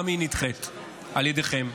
גם היא נדחית על ידיכם,